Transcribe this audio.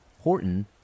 Horton